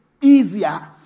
easier